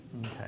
Okay